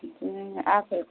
बिदिनो आफेल